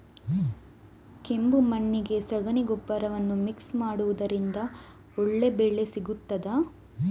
ಕೆಂಪು ಮಣ್ಣಿಗೆ ಸಗಣಿ ಗೊಬ್ಬರವನ್ನು ಮಿಕ್ಸ್ ಮಾಡುವುದರಿಂದ ಒಳ್ಳೆ ಬೆಳೆ ಸಿಗುತ್ತದಾ?